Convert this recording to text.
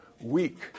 week